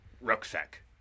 Rucksack